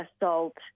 assault